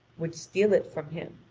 would steal it from him.